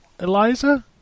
Eliza